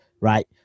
Right